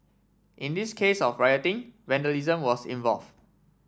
in this case of rioting vandalism was involve